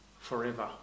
forever